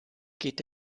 geht